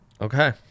Okay